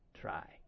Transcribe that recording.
try